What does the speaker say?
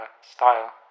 style